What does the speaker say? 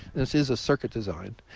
this is a circuit design,